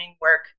work